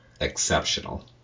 exceptional